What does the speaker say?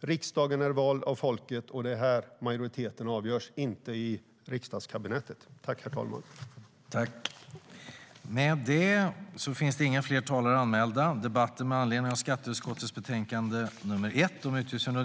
Riksdagen är vald av folket, och det är där majoriteten bestäms, inte i riksdagens kammare. Överläggningen var härmed avslutad.(Beslut fattades under § 12.